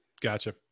gotcha